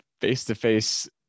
face-to-face